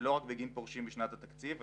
ולא רק בגין פורשים משנת התקציב.